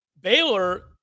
Baylor